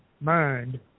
mind